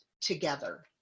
together